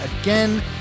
again